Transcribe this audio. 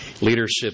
leadership